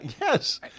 yes